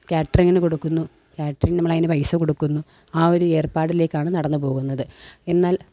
കാറ്ററിങ്ങിന് കൊടുക്കുന്നു കാറ്ററിങ്ങിന് നമ്മളതിന് പൈസ കൊടുക്കുന്നു ആ ഒരു ഏർപ്പാടിലേക്കാണ് നടന്ന് പോകുന്നത് എന്നാൽ